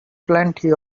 plenty